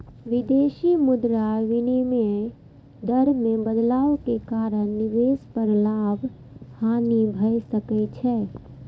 विदेशी मुद्रा विनिमय दर मे बदलाव के कारण निवेश पर लाभ, हानि भए सकै छै